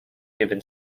given